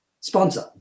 sponsor